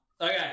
Okay